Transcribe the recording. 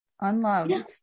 unloved